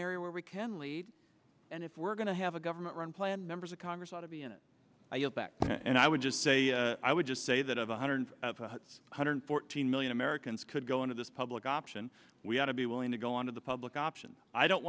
area where we can lead and if we're going to have a government run plan members of congress ought to be and i yield back and i would just say i would just say that one hundred one hundred fourteen million americans could go into this public option we ought to be willing to go on to the public option i don't